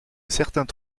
certains